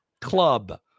club